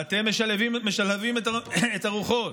אתם משלהבים את הרוחות.